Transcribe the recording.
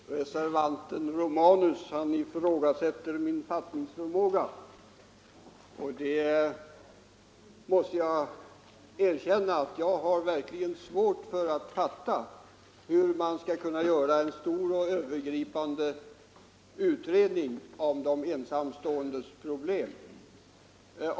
Herr talman! Reservanten herr Romanus ifrågasätter min fattningsförmåga, och jag måste erkänna att jag verkligen har svårt för att fatta hur man skall kunna göra en stor övergripande utredning om de ensamståendes problem.